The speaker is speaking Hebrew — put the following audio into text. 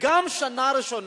וגם שנה ראשונה,